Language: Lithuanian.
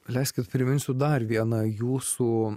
leiskit priminsiu dar vieną jūsų